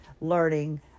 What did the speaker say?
learning